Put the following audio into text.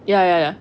ya ya ya